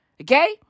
Okay